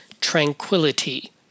tranquility